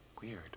weird